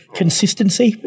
consistency